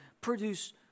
produce